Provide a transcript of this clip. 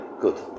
good